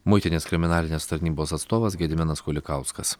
muitinės kriminalinės tarnybos atstovas gediminas kulikauskas